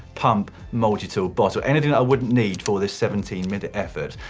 pump, multi-tool, bottle, anything that i wouldn't need for this seventeen minute effort,